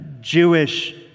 Jewish